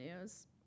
news